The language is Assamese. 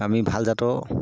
আমি ভাল জাতৰ